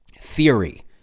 theory